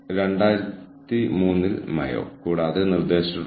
ഇതിൽ അധികം ഊന്നിപ്പറയാൻ കഴിയില്ല